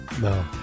No